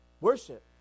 Worship